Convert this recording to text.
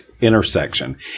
intersection